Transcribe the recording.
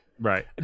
Right